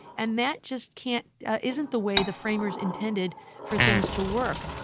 and that just can't isn't the way the framers intended for things to work.